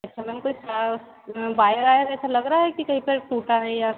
अच्छा मैम कुछ वायर आयर ऐसा लग रहा है कि कहीं पर टूटा है या